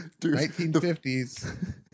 1950s